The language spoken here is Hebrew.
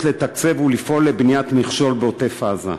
לתקצב ולפעול לבניית מכשול בעוטף-עזה,